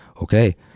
okay